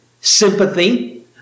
sympathy